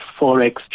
forex